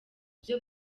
byo